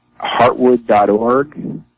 Heartwood.org